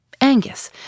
Angus